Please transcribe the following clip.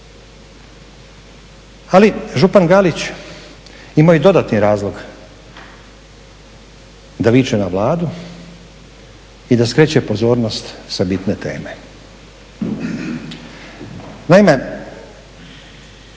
Ali župan Galić imao je i dodatni razlog da viče na Vladu i da skreće pozornost sa bitne teme. Naime,